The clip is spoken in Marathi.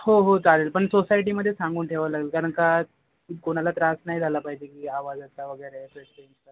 हो हो चालेल पण सोसायटीमध्ये सांगून ठेवायला लागेल कारण का कोणाला त्रास नाही झाला पाहिजे की आवाजाचा वगैरे पेस्टींगचा